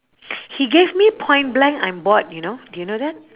he gave me point blank I'm bored you know do you know that